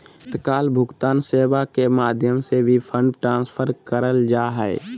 तत्काल भुगतान सेवा के माध्यम से भी फंड ट्रांसफर करल जा हय